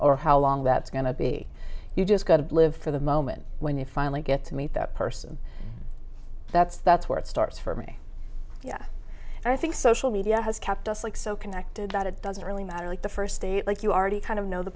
or how long that's going to be you just got to live for the moment when you finally get to meet that person that's that's where it starts for me and i think social media has kept us like so connected that it doesn't really matter like the first state like you already kind of know the